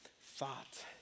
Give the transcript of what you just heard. thought